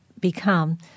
become